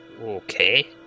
Okay